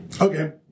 Okay